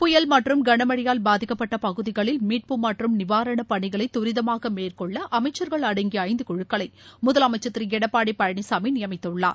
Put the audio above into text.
புயல் மற்றும் கனமழையால் பாதிக்கப்பட்ட பகுதிகளில் மீட்பு மற்றும் நிவாரணப் பணிகளை தரிதமாக மேற்கொள்ள அமைச்சர்கள் அடங்கிய ஐந்து குழுக்களை முதலமைச்சர்திரு எடப்பாடி பழனிசாமி நியமித்துள்ளார்